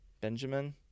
Benjamin